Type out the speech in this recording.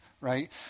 right